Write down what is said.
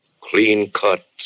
clean-cut